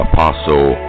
Apostle